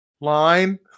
line